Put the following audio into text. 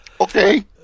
Okay